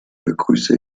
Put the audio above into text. begrüße